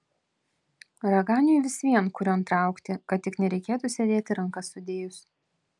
raganiui vis vien kurion traukti kad tik nereikėtų sėdėti rankas sudėjus